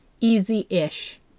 easy-ish